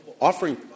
offering